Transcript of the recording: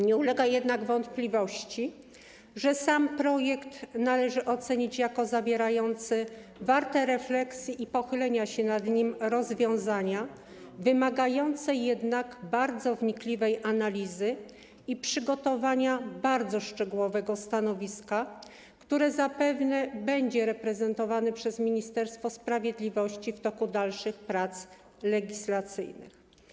Nie ulega wątpliwości, że sam projekt należy ocenić jako zawierający warte refleksji i pochylenia się nad nim rozwiązania wymagające jednak bardzo wnikliwej analizy i przygotowania bardzo szczegółowego stanowiska, które zapewne będzie prezentowane przez Ministerstwo Sprawiedliwości w toku dalszych prac legislacyjnych.